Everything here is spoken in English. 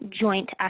joint